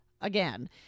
again